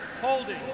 Holding